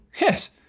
Yes